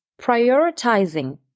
Prioritizing